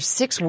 six